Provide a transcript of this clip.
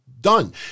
done